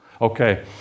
Okay